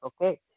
okay